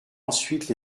ensuite